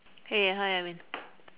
hey hi edwin